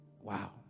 Wow